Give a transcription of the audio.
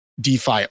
DeFi